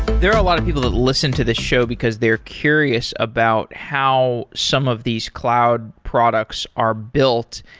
there are a lot of people that listen to this show because they're curious about how some of these cloud products are built.